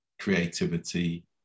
creativity